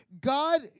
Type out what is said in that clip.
God